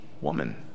woman